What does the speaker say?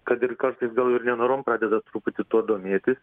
kad ir kartais gal ir nenorom pradeda truputį tuo domėtis